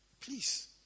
Please